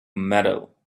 metal